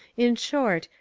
in short,